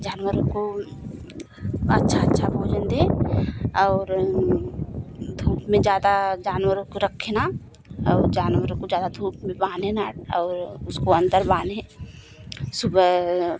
जानवरों को अच्छा अच्छा भोजन दें और धूप में ज़्यादा जानवरों को रखें ना और जानवरों को ज़्यादा धूप में बांधे ना और उसको अन्दर बांधे सुबह